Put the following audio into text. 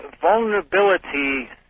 Vulnerability